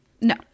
No